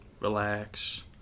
relax